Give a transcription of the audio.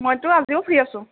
মইতো আজিও ফ্ৰী আছোঁ